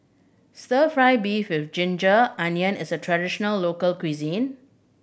Stir Fry beef with ginger onion is a traditional local cuisine